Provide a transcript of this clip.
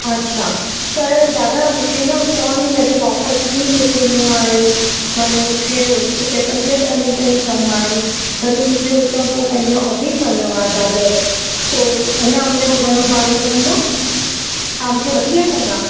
अच्छा पर दादा मूंखे न हुतां ई वरी वापसि बि निकिरणो आहे माना मूंखे उते पंज ॾह मिंट ई कमु आहे वरी मूंखे हुतां पोइ पंहिंजे ऑफ़िस वञणो आहे दादर पोइ अञा हुनजो घणो भाड़ो लॻंदो तव्हां मूंखे वठी हलंदा